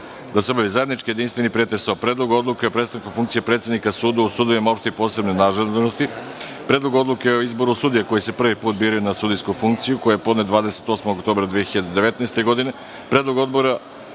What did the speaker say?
da se obavi zajednički jedinstveni pretres o: Predlogu odluke o prestanku funkcije predsednika suda u sudovima opšte i posebne nadležnosti; Predlogu odluke o izboru sudija koji se prvi put biraju na sudijsku funkciju koji je podnet 28. oktobra 2019. godine;